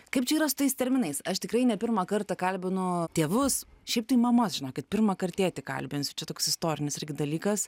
kaip čia yra su tais terminais aš tikrai ne pirmą kartą kalbinu tėvus šiaip tai mamas žinokit pirmąkart tėtį kalbinsiu čia toks istorinis dalykas